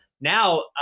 now